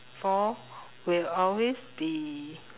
for will always be